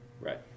Right